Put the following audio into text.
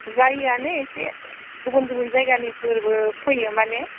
जायोआनो इसे गुबुन गुबुन जायगानिफोरबो फैयो माने